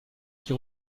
qui